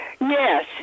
Yes